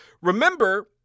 Remember